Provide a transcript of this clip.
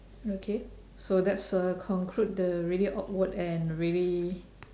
okay so that's uh conclude the really awkward and really